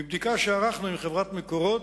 מבדיקה שערכנו עם חברת "מקורות",